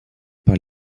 par